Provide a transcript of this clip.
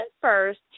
first